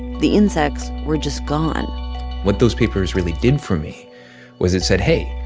the insects were just gone what those papers really did for me was it said, hey,